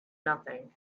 nothing